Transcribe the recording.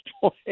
point